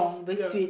ya